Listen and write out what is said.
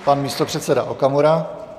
Pan místopředseda Okamura.